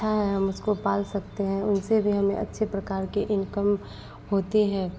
अच्छा है हम उसको पाल सकते हैं उनसे भी हमें अच्छे प्रकार के इनकम होती है